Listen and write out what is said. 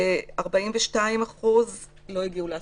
ו-42% לא הגיעו להסכמות.